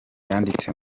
yanditse